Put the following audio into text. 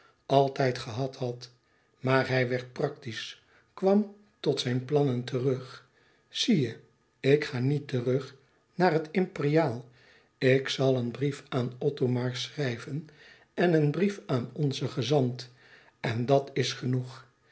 altijd gehad had maar hij werd praktisch kwam tot zijn plannen terug zie je ik ga niet terug naar het imperiaal ik zal een brief aan othomar schrijven en een brief aan onzen gezant en dat is genoeg